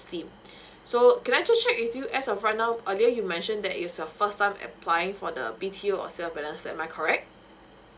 slim so can I just check with you as of right now earlier you mentioned that yourself first time applying for the B_T_O or sale of balance am I correct